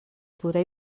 podrà